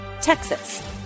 Texas